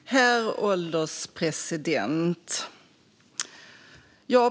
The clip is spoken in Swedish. Herr ålderspresident!